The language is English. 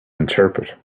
interpret